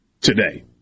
today